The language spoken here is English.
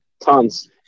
tons